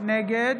נגד